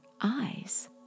eyes